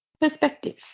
Perspective